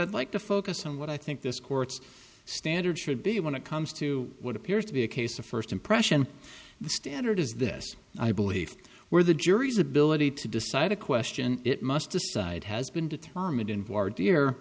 i'd like to focus on what i think this court's standard should be when it comes to what appears to be a case of first impression the standard is this i believe where the jury's ability to decide a question it must decide has been determined